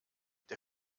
der